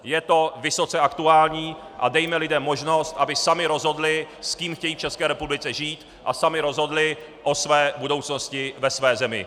Je to vysoce aktuální a dejme lidem možnost, aby sami rozhodli, s kým chtějí v České republice žít, a sami rozhodli o své budoucnosti ve své zemi.